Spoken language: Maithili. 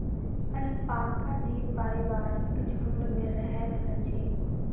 अलपाका जीव पारिवारिक झुण्ड में रहैत अछि